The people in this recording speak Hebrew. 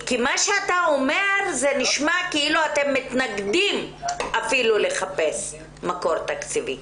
מה שאתה אומר נשמע כאילו את מתנגדים לחפש מקור תקציבי.